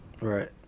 right